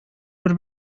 бер